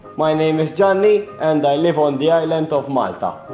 my name is ganni and i live on the island of malta